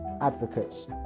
advocates